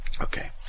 Okay